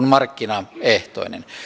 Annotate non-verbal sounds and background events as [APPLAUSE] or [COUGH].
[UNINTELLIGIBLE] markkinaehtoinen